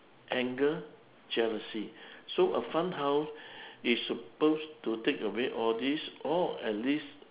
anger jealously so a fun house is suppose to take away all these or at least